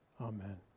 Amen